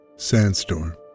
Sandstorm